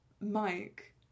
Mike